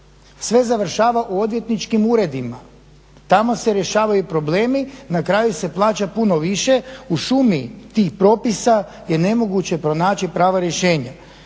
Sve završava u odvjetničkim uredima, tamo se rješavaju problemi, na kraju se plaća puno više, u šumi tih propisa je nemoguće pronaći pravo rješenje.